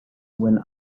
when